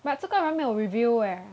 but 这个人没有 review eh